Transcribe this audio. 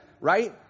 right